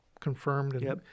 confirmed